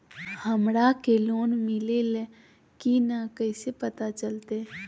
हमरा के लोन मिल्ले की न कैसे पता चलते?